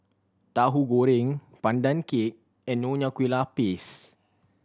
Tahu Goreng Pandan Cake and Nonya Kueh Lapis